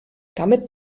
damit